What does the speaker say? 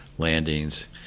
landings